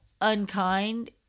unkind